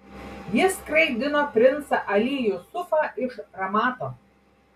jis skraidino princą ali jusufą iš ramato